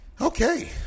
Okay